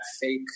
fake